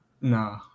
no